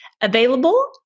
Available